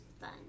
fun